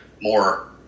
more